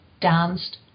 danced